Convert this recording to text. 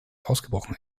ausgebrochen